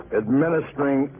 administering